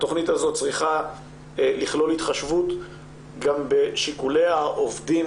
התכנית הזאת צריכה לכלול התחשבות גם בשיקולי העובדים,